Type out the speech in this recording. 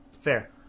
Fair